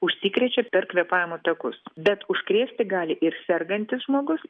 užsikrečia per kvėpavimo takus bet užkrėsti gali ir sergantis žmogus